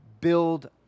build